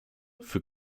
für